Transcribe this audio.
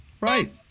Right